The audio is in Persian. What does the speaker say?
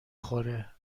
خوره